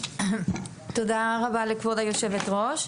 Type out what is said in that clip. מבחינה כלכלית בשוק הבשר שולט דואפול,